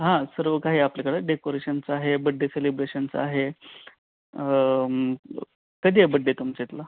हां सर्व काही आपल्याकडे डेकोरेशन्चं आहे बड्डे सेलिब्रेशन्स आहे कधीय बड्डे तुमच्या इथला